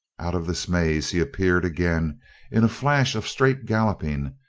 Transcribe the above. out of this maze he appeared again in a flash of straight galloping,